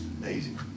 Amazing